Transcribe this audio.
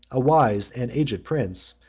a wise and aged prince,